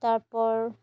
তারপর